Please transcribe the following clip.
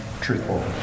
truthful